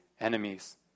enemies